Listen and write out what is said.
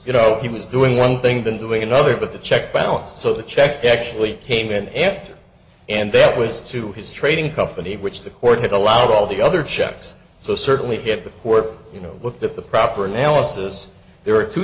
you know he was doing one thing than doing another but the check balance so the check actually came in after and that was to his trading company which the court had allowed all the other checks so certainly hit the port you know looked at the proper analysis there